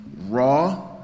raw